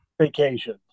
vacation